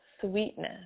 sweetness